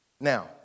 Now